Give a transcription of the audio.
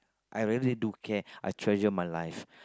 I really do care I treasure my life